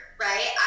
right